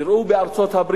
תראו מה קרה בארצות-הברית.